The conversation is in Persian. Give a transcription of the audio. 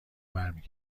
برمی